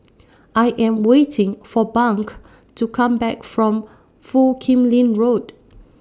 I Am waiting For Bunk to Come Back from Foo Kim Lin Road